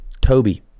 Toby